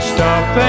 Stop